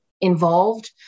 involved